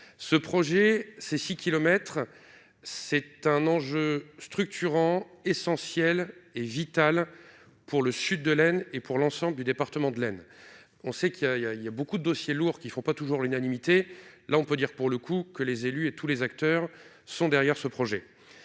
ce projet ses 6 kilomètres, c'est un enjeu structurant, essentiel et vital pour le sud de l'haine et pour l'ensemble du département de laine, on sait qu'il y a, il y a, il y a beaucoup de dossiers lourds qui ne font pas toujours l'unanimité, là on peut dire, pour le coup que les élus et tous les acteurs sont derrière ce projet